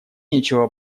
нечего